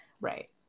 Right